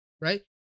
Right